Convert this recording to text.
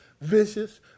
vicious